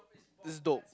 this dope